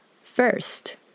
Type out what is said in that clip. first